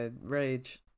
rage